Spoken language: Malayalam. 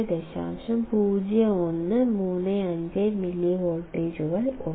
0135 മില്ലിവോൾട്ടുകൾ ഉണ്ട്